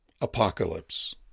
apocalypse